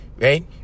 right